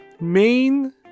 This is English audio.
main